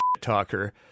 talker